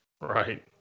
right